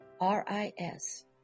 R-I-S